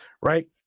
right